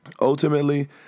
ultimately